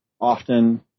often